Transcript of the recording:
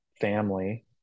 family